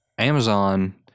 Amazon